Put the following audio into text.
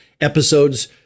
episodes